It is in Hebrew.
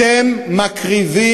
מסרבים